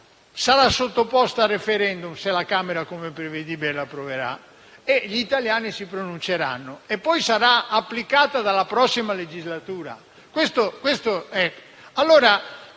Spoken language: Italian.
sarà sottoposta a *referendum* se la Camera, com'è prevedibile, l'approverà e gli italiani si pronunceranno, e poi sarà applicata dalla prossima legislatura.